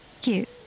Cute